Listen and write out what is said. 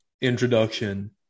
introduction